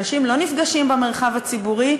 אנשים לא נפגשים במרחב הציבורי,